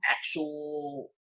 actual